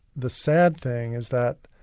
the sad thing is that,